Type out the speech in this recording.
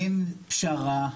אין פשרה.